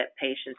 patients